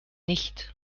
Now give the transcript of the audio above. nicht